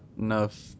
enough